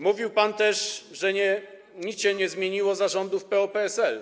Mówił pan też, że nic się nie zmieniło za rządów PO-PSL.